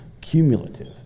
cumulative